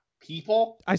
people